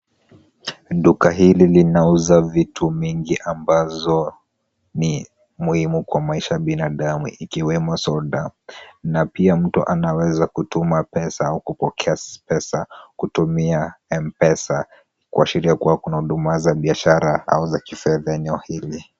Duka hili linauza vitu mingi ambazo ni muhimu kwa maisha ya binadamu ikiwemo soda na pia mtu anaweza kutuma pesa au kupokea pesa kutumia mpesa kuashiria kuwa kuna huduma za biashara au kifedha katika eneo hili.